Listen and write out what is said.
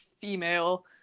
female